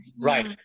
right